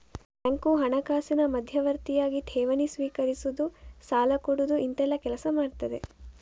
bank ಹಣಕಾಸಿನ ಮಧ್ಯವರ್ತಿಯಾಗಿ ಠೇವಣಿ ಸ್ವೀಕರಿಸುದು, ಸಾಲ ಕೊಡುದು ಇಂತೆಲ್ಲ ಕೆಲಸ ಮಾಡ್ತದೆ